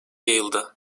yayıldı